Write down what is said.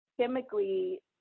chemically